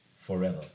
forever